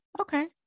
Okay